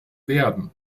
werden